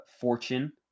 fortune